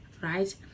right